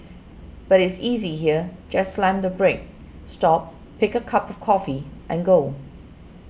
but is easy here just slam the brake stop pick a cup of coffee and go